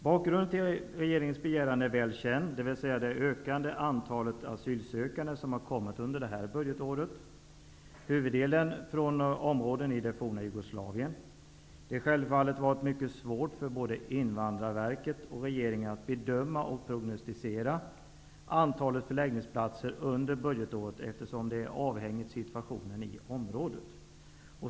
Bakgrunden till regeringens begäran är väl känd, dvs. det ökande antalet asylsökande under det här budgetåret, huvuddelen från områden i det forna Jugoslavien. Det har självfallet varit mycket svårt både för Invandrarverket och för regeringen att bedöma och prognostisera antalet förläggningsplatser under budgetåret, eftersom det är avhängigt situationen i krigsområdet.